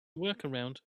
workaround